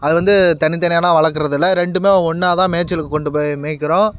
அது வந்து தனித்தனியாலாம் வளர்க்கிறதில்ல ரெண்டும் ஒன்னாக தான் மேய்ச்சலுக்கு கொண்டு போய் மேய்க்கிறோம்